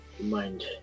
mind